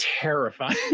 terrifying